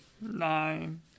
Nine